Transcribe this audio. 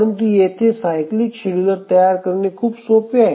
परंतु येथे cyclic scheduler तयार करणे खूप सोपे आहे